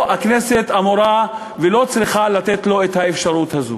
ולכן הכנסת לא אמורה ולא צריכה לתת לו את האפשרות הזו.